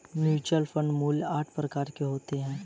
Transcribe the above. mutual fund मूलतः आठ प्रकार के होते हैं